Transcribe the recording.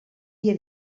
dia